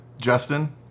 Justin